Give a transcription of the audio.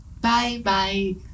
Bye-bye